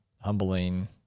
humbling